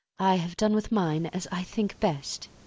i have done with mine as i think best,